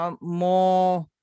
more